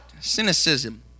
cynicism